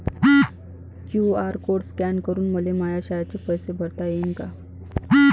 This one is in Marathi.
क्यू.आर कोड स्कॅन करून मले माया शाळेचे पैसे भरता येईन का?